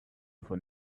for